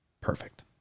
perfect